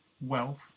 wealth